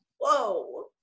whoa